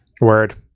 Word